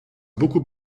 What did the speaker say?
beaucoup